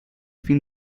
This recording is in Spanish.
fin